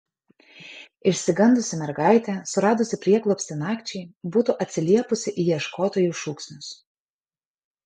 išsigandusi mergaitė suradusi prieglobstį nakčiai būtų atsiliepusi į ieškotojų šūksnius